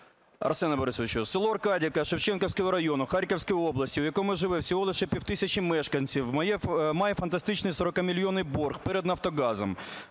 Арсене Борисовичу, село Аркадівка Шевченківського району Харківської області, в якому живе всього лише півтисячі мешканців, має фантастичний сорокамільйонний борг перед "Нафтогазом".